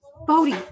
Bodhi